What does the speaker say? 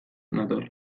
nator